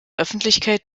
öffentlichkeit